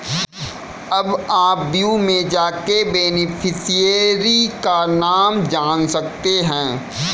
अब आप व्यू में जाके बेनिफिशियरी का नाम जान सकते है